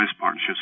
partnerships